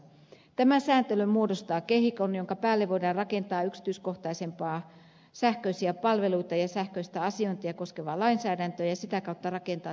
tämä sääntely muodostaa kehikon jonka päälle voidaan rakentaa sähköisiä palveluita ja sähköistä asiointia koskevaa yksityiskohtaisempaa lainsäädäntöä ja sitä kautta rakentaa tietoyhteiskuntaamme